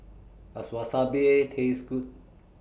Does Wasabi Taste Good